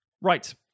Right